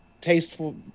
tasteful